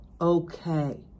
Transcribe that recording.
okay